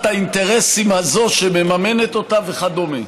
האינטרסים הזאת מממנת אותה וכדומה.